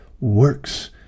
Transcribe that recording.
works